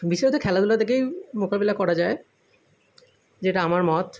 বিশেষত খেলাধুলা থেকেই মোকাবেলা করা যায় যেটা আমার মত